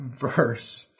verse